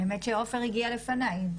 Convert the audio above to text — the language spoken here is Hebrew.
האמת שעופר הגיע לפני.